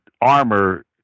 armor